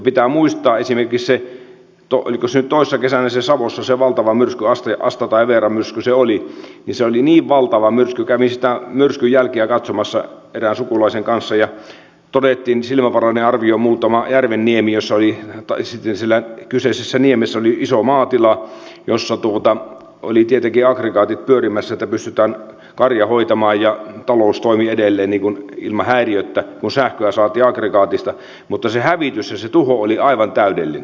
pitää muistaa esimerkiksi oliko se nyt toissa kesänä savossa ollut valtava myrsky asta tai veera myrsky se oli joka oli niin valtava myrsky että kun kävin niitä myrskyn jälkiä katsomassa erään sukulaisen kanssa ja todettiin silmävarainen arvio muutama järven nimi niin totesimme että eräässä järvenniemessä oli iso maatila jossa oli tietenkin aggregaatit pyörimässä että pystyttiin karja hoitamaan ja talous toimi edelleen häiriöttä kun sähköä saatiin aggregaatista mutta se hävitys ja tuho oli aivan täydellinen